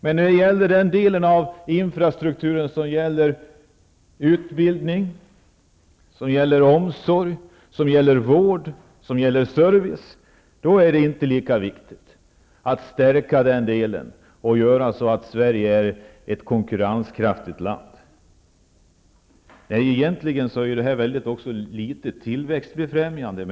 Men när det är fråga om den delen av infrastrukturen som gäller utbildning, omsorg, vård och service är det inte lika viktigt att stärka infrastrukturen och göra så att Sverige blir ett konkurrenskraftigt land. En sådan politik är mycket litet tillväxtbefrämjande.